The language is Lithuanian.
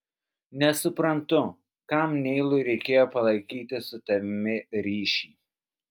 nesuprantu kam neilui reikėjo palaikyti su tavimi ryšį